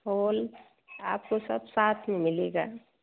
hall आपको सब साथ मिलेगा